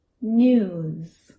news